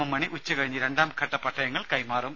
M Mani ഉച്ചകഴിഞ്ഞ് രണ്ടാം ഘട്ട പട്ടയങ്ങൾ കൈമാറും